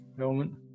element